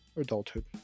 adulthood